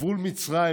גבול מצרים,